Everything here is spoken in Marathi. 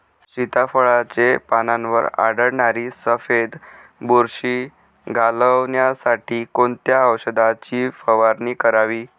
सीताफळाचे पानांवर आढळणारी सफेद बुरशी घालवण्यासाठी कोणत्या औषधांची फवारणी करावी?